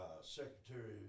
Secretary